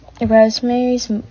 Rosemary's